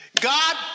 God